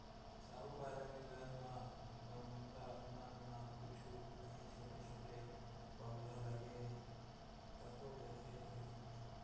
साहूपारा के घर म गमला मन म कुछु कॉंहीछोटे छोटे पउधा लगे तको देखे रेहेंव